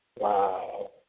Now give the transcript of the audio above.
Wow